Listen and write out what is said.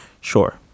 sure